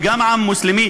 וגם העם המוסלמי,